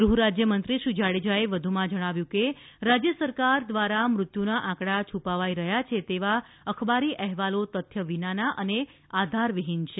ગૃહરાજ્યમંત્રી શ્રી જાડેજાએ વધુમાં જણાવ્યું છે કે રાજ્ય સરકાર દ્વારા મૃત્યુના આંકડા છુપાવાઇ રહ્યા છે તેવા અખબારી અહેવાલો તથ્ય વિનાના અને આધાર વિઠીન છે